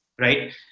right